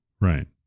Right